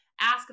ask